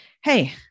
Hey